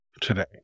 today